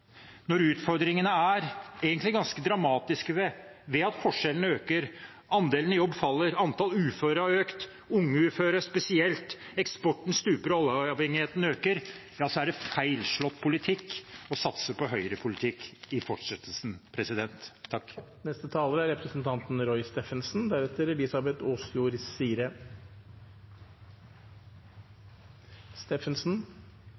Når utfordringene egentlig er ganske dramatiske, ved at forskjellene øker, andelen i jobb faller, antallet uføre har økt – unge uføre, spesielt – eksporten stuper, og oljeavhengigheten øker, er det feilslått politikk å satse på Høyre-politikk i fortsettelsen. I replikkordskiftet med statsministeren sa representanten